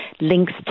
links